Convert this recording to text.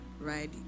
right